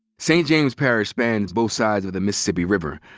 st. james parish spans both sides of the mississippi river,